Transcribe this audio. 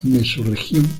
mesorregión